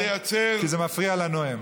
כי זה מפריע לנואם.